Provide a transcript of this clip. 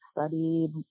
studied